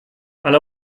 ale